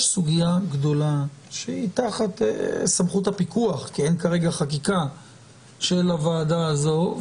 יש סוגיה גדולה שהיא תחת סמכות הפיקוח כי אין כרגע חקיקה של הוועדה הזו,